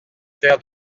terres